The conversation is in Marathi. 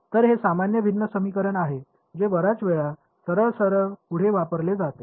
तर हे सामान्य भिन्न समीकरण आहे जे बर्याच वेळा सरळ सरळ पुढे वापरले जाते